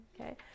okay